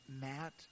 Matt